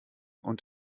und